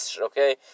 okay